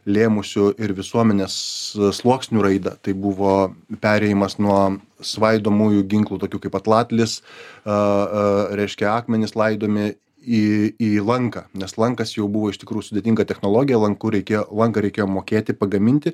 lėmusių ir visuomenės sluoksnių raidą tai buvo perėjimas nuo svaidomųjų ginklų tokių kaip atlatlis a a reiškia akmenys laidomi į į lanką nes lankas jau buvo iš tikrųjų sudėtinga technologija lanku reikėjo lanką reikėjo mokėti pagaminti